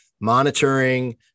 monitoring